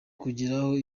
kugeraho